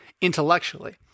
intellectually